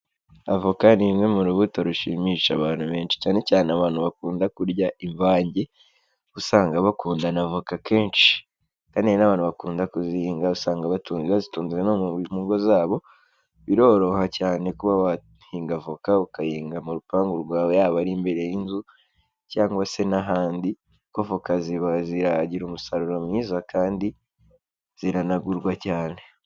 Avoka ni imwe mu rubuto rushimisha abantu benshi, cyane cyane abantu bakunda kurya invange, uba usanga bakunda n'avoka kenshi. Kandi n'abantu bakunda kuzihinga usanga batunze, bazitunze no ngo zabo, biroroha cyane kuba wahinga avoka ukayinga mu rupangu rwawe yaba ari imbere y'inzu, cyangwa se n'ahandi, koko voka ziba, ziragira umusaruro mwiza kandi ziranagurwa cyane.